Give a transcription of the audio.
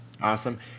awesome